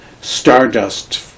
Stardust